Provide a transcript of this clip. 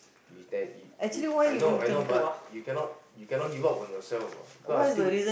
you tell you you I know I know but you cannot you cannot give up on yourself what because I still